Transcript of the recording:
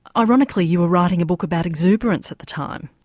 ironically, you were writing a book about exuberance at the time.